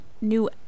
new